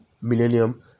millennium